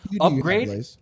upgrade